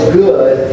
good